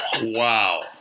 Wow